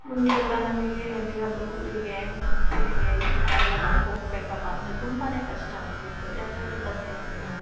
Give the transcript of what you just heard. ಮುಂಚೆಯೆಲ್ಲ ನಮಗೆ ಎಲ್ಲಿಗಾದರು ಊರಿಗೆ ಹೊಸ್ಪೆಟೆಗೆ ಈ ಥರ ಎಲ್ಲ ನಾವು ಹೋಗ್ಬೇಕಪ್ಪ ಅಂದರೆ ತುಂಬಾ ಕಷ್ಟ ಆಗ್ತಿತ್ತು ಯಾಕಂದರೆ ಬಸ್ ಇರಲಿಲ್ಲ